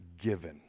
given